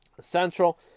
Central